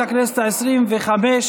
לכנסת העשרים-וחמש (הוראות מיוחדות ותיקוני חקיקה),